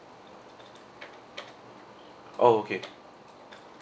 oh okay